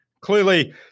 clearly